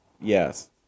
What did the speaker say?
yes